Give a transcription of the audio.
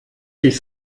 sich